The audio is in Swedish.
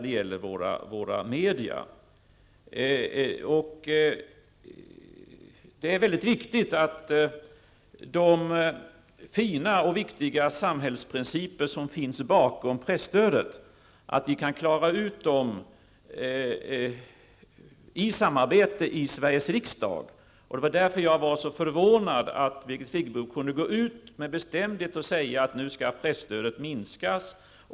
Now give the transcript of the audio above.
Det är mycket viktigt att vi genom samarbete i Sveriges riksdag kan klara de fina och viktiga samhällsprinciper som finns bakom presstödet. Det var därför jag var så förvånad över att Birgit Friggebo kunde gå ut och med bestämdhet säga att presstödet skulle minskas.